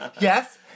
yes